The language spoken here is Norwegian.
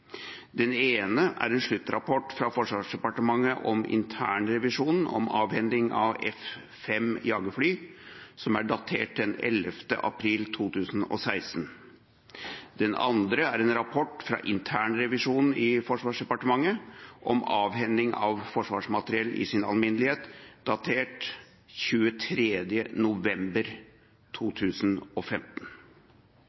Den ene er en sluttrapport fra Forsvarsdepartementet om internrevisjonen om avhending av F-5 jagerfly, som er datert den 11. april 2016. Den andre er en rapport fra internrevisjonen i Forsvarsdepartementet om avhending av forsvarsmateriell i sin alminnelighet, datert 23. november